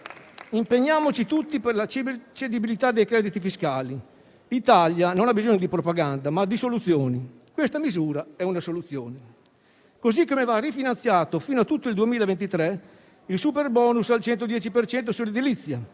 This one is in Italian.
impegniamoci tutti per la cedibilità dei crediti fiscali. L'Italia non ha bisogno di propaganda, ma di soluzioni e questa misura è una soluzione. Così come va rifinanziato fino a tutto il 2023 il superbonus al 110 per